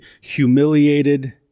humiliated